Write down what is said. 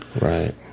Right